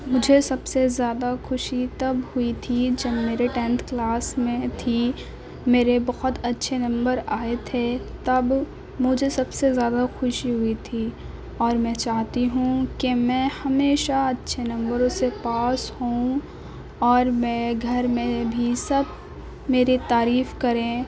مجھے سب سے زیادہ خوشی تب ہوئی تھی جب میرے ٹینٹھ کلاس میں تھی میرے بہت اچھے نمبر آئے تھے تب مجھے سب سے زیادہ خوشی ہوئی تھی اور میں چاہتی ہوں کہ میں ہمیشہ اچھے نمبروں سے پاس ہوں اور میں گھر میں بھی سب میری تعریف کریں